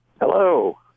hello